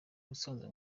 ubusanzwe